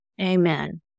Amen